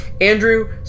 Andrew